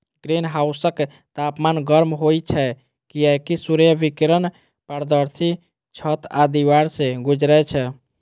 ग्रीनहाउसक तापमान गर्म होइ छै, कियैकि सूर्य विकिरण पारदर्शी छत आ दीवार सं गुजरै छै